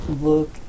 look